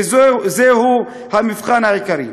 וזהו המבחן העיקרי.